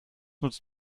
nutzt